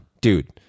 dude